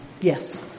yes